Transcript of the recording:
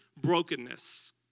brokenness